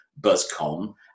buzzcom